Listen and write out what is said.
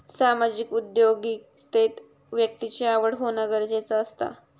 सामाजिक उद्योगिकतेत व्यक्तिची आवड होना गरजेचा असता